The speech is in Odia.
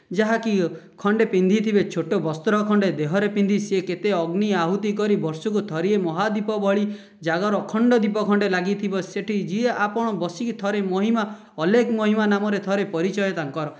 ଯାହାକି ଖଣ୍ଡେ ପିନ୍ଧିଥିବେ ଛୋଟ ବସ୍ତ୍ର ଖଣ୍ଡେ ଦେହରେ ପିନ୍ଧି ସେ କେତେ ଅଗ୍ନି ଆହୁତି କରି ବର୍ଷକୁ ଥରେ ମହାଦୀପ ଭଳି ଜାଗର ଅଖଣ୍ଡ ଦୀପ ଖଣ୍ଡେ ଲାଗିଥିବ ସେଇଠି ଯିଏ ଆପଣ ବସିକି ଥରେ ମହିମା ଅଲେଖ ମହିମା ନାମରେ ଥରେ ପରିଚୟ ତାଙ୍କର